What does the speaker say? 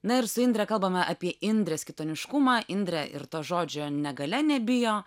na ir su indre kalbame apie indrės kitoniškumą indrė ir to žodžio negalia nebijo